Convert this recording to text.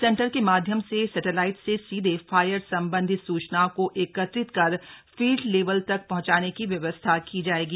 इस सेंटर के माध्यम से सैटेलाईट से सीधे फायर संबंधित सुचनाओं को एकत्रित कर फील्ड लेवल तक पहंचाने की व्यवस्था की जायेगी